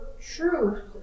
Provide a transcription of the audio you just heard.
truth